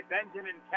Benjamin